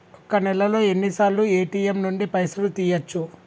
ఒక్క నెలలో ఎన్నిసార్లు ఏ.టి.ఎమ్ నుండి పైసలు తీయచ్చు?